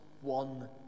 one